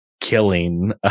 killing